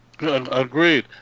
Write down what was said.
Agreed